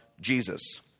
Jesus